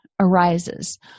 arises